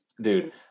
dude